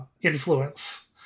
influence